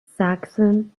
saxon